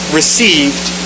received